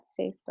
Facebook